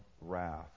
wrath